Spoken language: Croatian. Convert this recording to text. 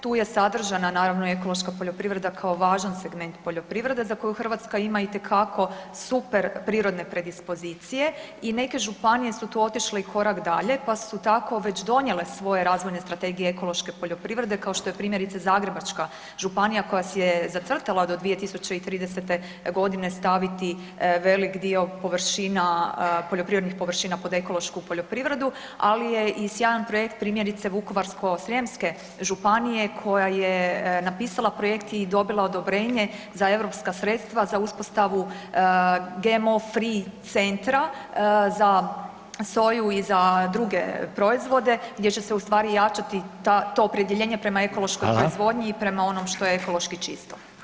Tu je sadržana naravno i ekološka poljoprivreda kao važan segment poljoprivrede za koju Hrvatska ima itekako super prirodne predispozicije i neke županije su tu otišle i korak dalje pa su tako već donijele svoje razvojne strategije ekološke poljoprivrede kao što je primjerice Zagrebačka županija koja si je zacrtala do 2030.g. staviti velik dio poljoprivrednih površina pod ekološku poljoprivredu, ali je i sjajan projekt primjerice Vukovarsko-srijemske županije koja je napisala projekt i dobila odobrenje za europska sredstva za uspostavu GMO free centra za soju i za druge proizvode gdje će se jačati to opredjeljenje prema ekološkoj proizvodnji i prema onom što je ekološki čisto.